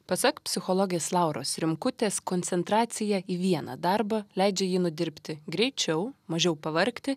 pasak psichologės lauros rimkutės koncentracija į vieną darbą leidžia jį nudirbti greičiau mažiau pavargti